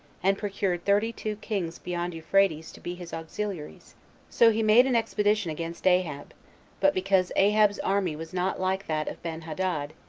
and procured thirty-two kings beyond euphrates to be his auxiliaries so he made an expedition against ahab but because ahab's army was not like that of benhadad,